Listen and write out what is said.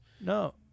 No